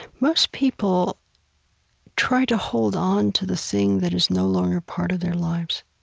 most people try to hold on to the thing that is no longer part of their lives,